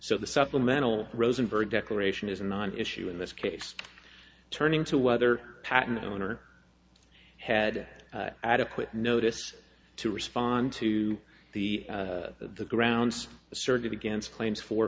so the supplemental rosenberg declaration is a non issue in this case turning to whether patent owner had adequate notice to respond to the the grounds asserted against claims for